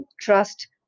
trust